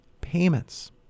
payments